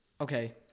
Okay